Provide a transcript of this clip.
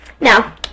Now